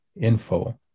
info